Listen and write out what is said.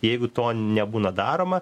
jeigu to nebūna daroma